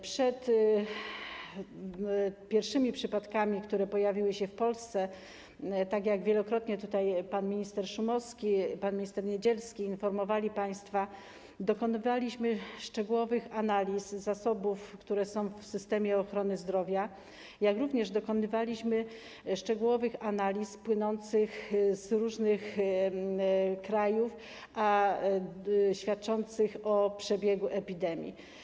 Przed pierwszymi przypadkami, które pojawiły się w Polsce, jak wielokrotnie pan minister Szumowski i pan minister Niedzielski państwa informowali, dokonywaliśmy szczegółowych analiz zasobów, które są w systemie ochrony zdrowia, jak również dokonywaliśmy szczegółowych analiz płynących z różnych krajów, a świadczących o przebiegu epidemii.